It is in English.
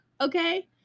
Okay